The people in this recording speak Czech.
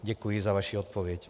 Děkuji za vaši odpověď.